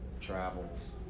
travels